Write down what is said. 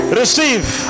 receive